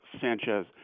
Sanchez